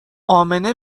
امنه